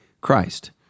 Christ